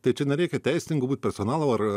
tai čia nereikia teisininku būt personalo ar